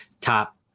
top